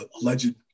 alleged